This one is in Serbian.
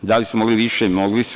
Da li su mogli više – mogli su.